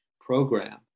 program